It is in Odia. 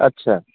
ଆଚ୍ଛା